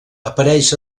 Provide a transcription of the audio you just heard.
apareix